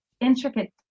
intricate